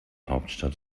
hauptstadt